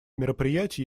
мероприятий